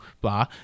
blah